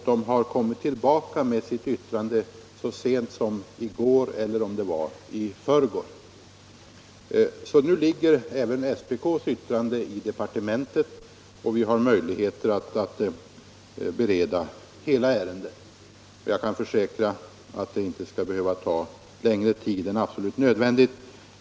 Prisoch kartellnämnden har sedan inkommit med sitt yttrande. Nu ligger alltså även SPK:s yttrande i departementet, och vi har möjligheter att bereda hela ärendet. Jag kan försäkra att det inte skall behöva ta längre tid än absolut nödvändigt.